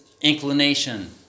inclination